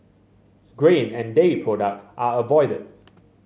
grain and dairy product are avoided